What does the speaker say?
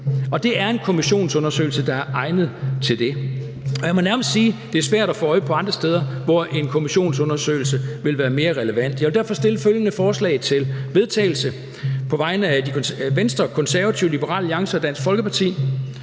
og det er en kommissionsundersøgelse, der er egnet til det. Jeg må nærmest sige, at det er svært at få øje på andre steder, hvor en kommissionsundersøgelse vil være mere relevant. Jeg vil derfor stille følgende forslag til vedtagelse på vegne af Venstre, Konservative, Liberal Alliance og Dansk Folkeparti: